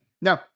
No